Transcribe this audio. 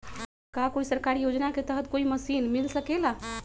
का कोई सरकारी योजना के तहत कोई मशीन मिल सकेला?